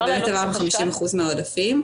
אנחנו -- -50% מהעודפים,